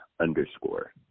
underscore